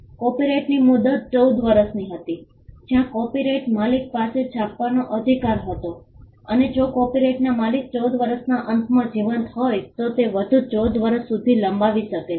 કોપિરાઇટની મુદત 14 વર્ષ હતી જ્યાં કોપિરાઇટ માલિક પાસે છાપવાનો અધિકાર હતો અને જો કોપિરાઇટના માલિક 14 વર્ષના અંતમાં જીવંત હોત તો તે વધુ 14 વર્ષ સુધી લંબાવી શકે છે